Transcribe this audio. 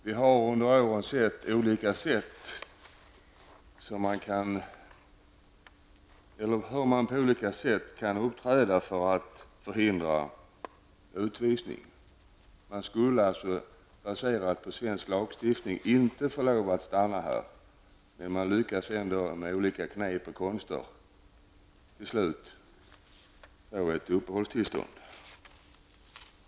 Vi har under åren sett hur man på olika sätt kan uppträda för att förhindra utvisning. Man skulle inte enligt svensk lagstiftning få lov att stanna, men man lyckas ändå att, med olika knep och konster, till slut få ett uppehållstillstånd.